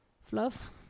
Fluff